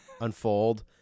unfold